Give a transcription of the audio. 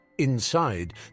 Inside